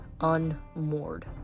unmoored